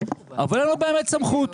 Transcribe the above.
אבל אין לו באמת סמכות.